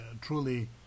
truly